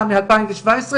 בבסיס,